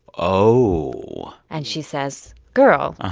oh and she says, girl.